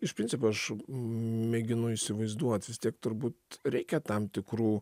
iš principo aš mėginu įsivaizduot vis tiek turbūt reikia tam tikrų